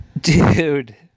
dude